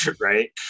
Right